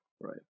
Right